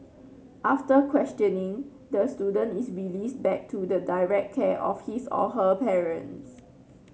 after questioning the student is released back to the direct care of his or her parents